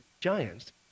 giants